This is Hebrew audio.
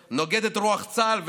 הזה,